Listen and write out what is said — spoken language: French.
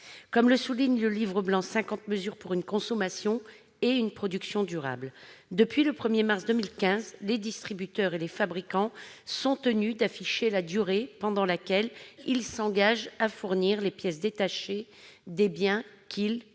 Comme le souligne le Livre blanc intitulé « 50 mesures pour une consommation et une production durables », depuis le 1 mars 2015, les distributeurs et les fabricants sont tenus d'afficher la durée pendant laquelle ils s'engagent à fournir les pièces détachées des biens qu'ils commercialisent.